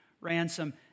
ransom